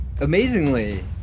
amazingly